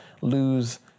lose